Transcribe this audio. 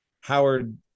Howard